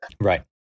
Right